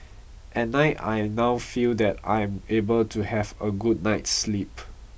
at night I now feel that I am able to have a good night's sleep